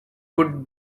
would